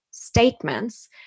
statements